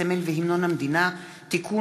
הסמל והמנון המדינה (תיקון,